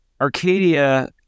Arcadia